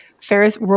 Ferris